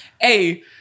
Hey